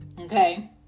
Okay